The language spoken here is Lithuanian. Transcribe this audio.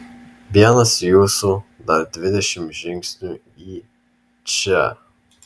vienas jūsų dar dvidešimt žingsnių į čia